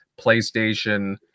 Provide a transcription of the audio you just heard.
PlayStation